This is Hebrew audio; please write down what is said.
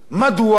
מדוע?